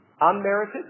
Unmerited